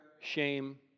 shame